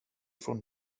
från